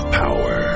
power